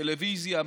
טלוויזיה,